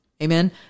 Amen